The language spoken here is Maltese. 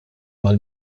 mal